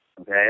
Okay